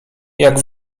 jak